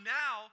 now